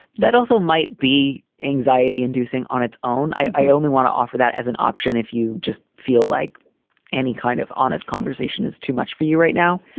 that also might be anxiety inducing on its own. i only want to offer that as an option if you just feel like any kind of honest conversation is too much for you right now.